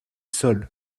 sols